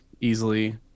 easily